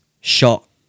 shot